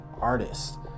artist